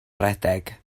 redeg